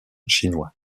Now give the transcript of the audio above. chinois